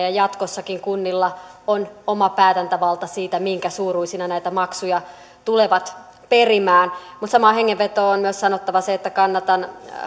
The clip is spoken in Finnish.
jatkossakin kunnilla on oma päätäntävalta siitä minkä suuruisina näitä maksuja tulevat perimään mutta samaan hengenvetoon on myös sanottava se että kannatan